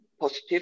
positive